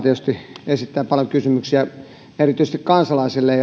tietysti seuraa paljon kysymyksiä erityisesti kansalaisille